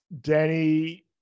Danny